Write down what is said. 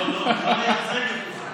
לא, לא לייצג את ישראל.